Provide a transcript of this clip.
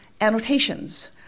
annotations